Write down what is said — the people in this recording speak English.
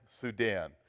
Sudan